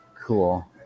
Cool